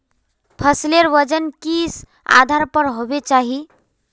फसलेर वजन किस आधार पर होबे चही?